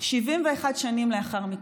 71 שנים לאחר מכן,